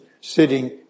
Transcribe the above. sitting